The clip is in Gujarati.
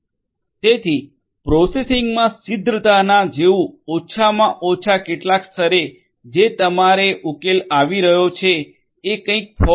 તેથી પ્રોસેસીંગમાં શીઘ્રતાના જેવું ઓછામાં ઓછા કેટલાક સ્તરે જે તમારો ઉકેલ આવી રહ્યો છે એ કંઈક ફોગ છે